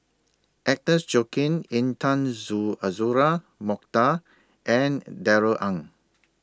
Agnes Joaquim Intan Zoo Azura Mokhtar and Darrell Ang